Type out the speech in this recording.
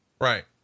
Right